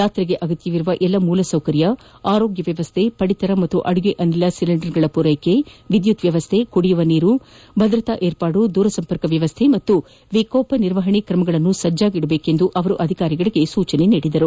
ಯಾತ್ರೆಗೆ ಅಗತ್ಯವಿರುವ ಎಲ್ಲಾ ಮೂಲಸೌಕರ್ಯಗಳು ಆರೋಗ್ಯ ವ್ಯವಸ್ಥೆಗಳು ಪದಿತರ ಮತ್ತು ಅದುಗೆ ಅನಿಲ ಸಿಲಿಂಡರ್ಗಳ ಪೂರೈಕೆ ವಿದ್ಯುತ್ ವ್ಯವಸ್ದೆ ಕುಡಿಯುವ ನೀರು ಭದ್ರತಾ ಏರ್ಪಾದು ದೂರಸಂಪರ್ಕ ವ್ಯವಸ್ಥೆ ಮತ್ತು ವಿಕೋಪ ನಿರ್ವಹಣೆ ಕ್ರಮಗಳನ್ನು ಸಜ್ಜಾಗಿದುವಂತೆ ಅವರು ಅಧಿಕಾರಿಗಳಿಗೆ ಸೂಚಿಸಿದರು